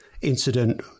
incident